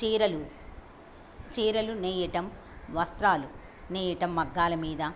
చీరలు చీరలు నేయటం వస్త్రాలు నేయటం మగ్గాల మీద